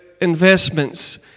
investments